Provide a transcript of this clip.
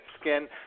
skin